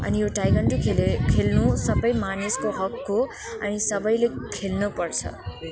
अनि यो ताइक्वान्डो खेले खेल्नु सबै मानिसको हक हो अनि सबैले खेल्नुपर्छ